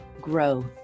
grow